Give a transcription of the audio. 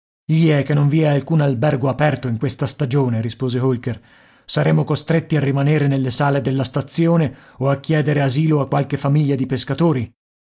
che non vi è alcun albergo aperto in questa stagione rispose holker saremo costretti a rimanere nelle sale della stazione o a chiedere asilo a qualche famiglia di pescatori